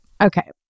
Okay